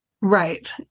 Right